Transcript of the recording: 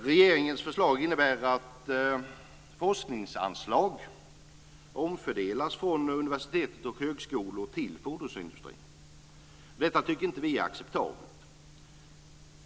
Regeringens förslag innebär att forskningsanslag omfördelas från universitet och högskolor till fordonsindustrin. Detta tycker inte vi är acceptabelt.